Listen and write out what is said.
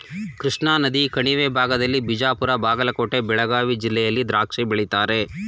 ಕೃಷ್ಣಾನದಿ ಕಣಿವೆ ಭಾಗದಲ್ಲಿ ಬಿಜಾಪುರ ಬಾಗಲಕೋಟೆ ಬೆಳಗಾವಿ ಜಿಲ್ಲೆಯಲ್ಲಿ ದ್ರಾಕ್ಷಿ ಬೆಳೀತಾರೆ